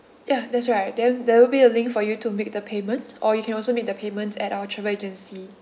ya that's right then there will be a link for you to make the payment or you can also make the payments at our travel agency